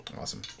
awesome